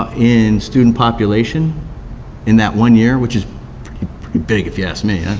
in student population in that one year, which is pretty big if you ask me. and